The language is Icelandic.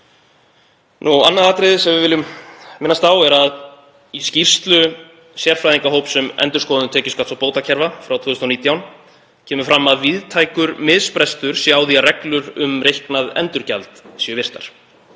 Annað atriði sem við viljum minnast á er að í skýrslu sérfræðingahóps, um endurskoðun tekjuskatts og bótakerfa frá 2019, kemur fram að víðtækur misbrestur sé á því að reglur um reiknað endurgjald séu virtar.